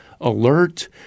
alert